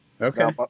Okay